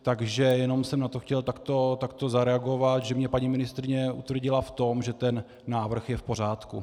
Takže jenom jsem na to chtěl takto zareagovat, že mě paní ministryně utvrdila v tom, že ten návrh je v pořádku.